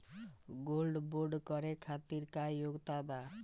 Gold bond करे खातिर का योग्यता बा?